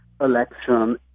election